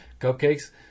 Cupcakes